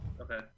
Okay